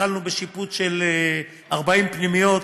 התחלנו בשיפוץ של 40 פנימיות,